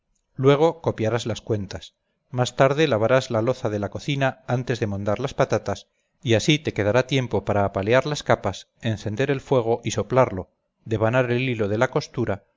luego copiarás las cuentas más tarde lavarás la loza de la cocina antes demondar las patatas y así te quedará tiempo para apalear las capas encender el fuego y soplarlo devanar el hilo de la costura